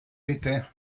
bitte